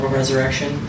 resurrection